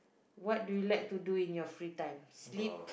what do you like to do in your free time sleep